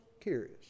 curious